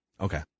Okay